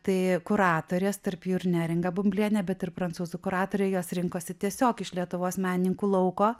tai kuratorės tarp jų ir neringa bumblienė bet ir prancūzų kuratoriai juos rinkosi tiesiog iš lietuvos menininkų lauko